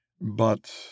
But